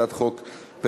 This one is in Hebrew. הצעת חוק פ/1055,